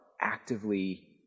actively